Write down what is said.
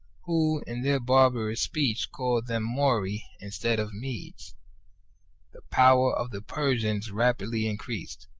who, in their barbarous speech called them mauri instead of medes the power of the persians rapidly increased,